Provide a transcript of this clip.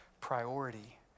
priority